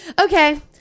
Okay